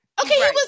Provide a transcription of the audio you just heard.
Okay